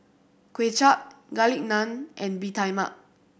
Kuay Chap Garlic Naan and Bee Tai Mak